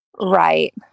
Right